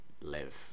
live